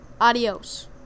Adios